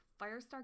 Firestar